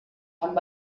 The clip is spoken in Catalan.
amb